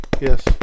yes